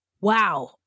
Wow